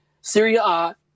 Syria